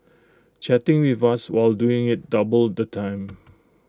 chatting with us while doing IT doubled the time